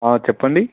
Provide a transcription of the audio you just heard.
చెప్పండి